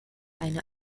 eine